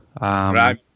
Right